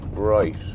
Right